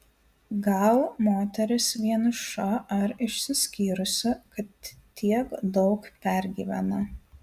gal moteris vieniša ar išsiskyrusi kad tiek daug pergyvena